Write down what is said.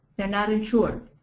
they're not insured.